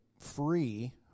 free